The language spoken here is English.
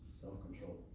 self-control